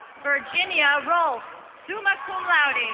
virginia rolfe, summa cum laude. and